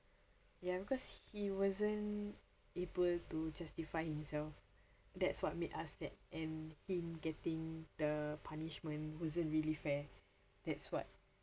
ya because he wasn't able to justify himself that's what made us that and him getting the punishment wasn't really fair that's why